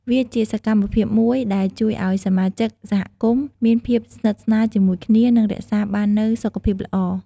វាជាសកម្មភាពមួយដែលជួយឲ្យសមាជិកសហគមន៍មានភាពស្និទ្ធស្នាលជាមួយគ្នា និងរក្សាបាននូវសុខភាពល្អ។